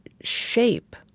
shape